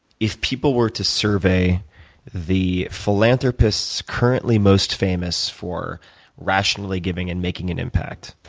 if people were to survey the philanthropists currently most famous for rationally giving and making an impact,